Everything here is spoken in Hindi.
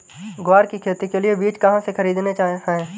ग्वार की खेती के लिए बीज कहाँ से खरीदने हैं?